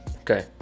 Okay